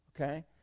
okay